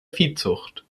viehzucht